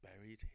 Buried